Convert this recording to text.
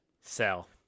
sell